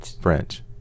French